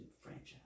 franchise